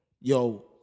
yo